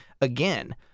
again